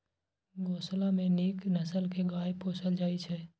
गोशाला मे नीक नसल के गाय पोसल जाइ छइ